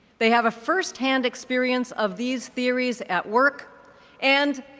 they have a firsthand experience of these series at work and,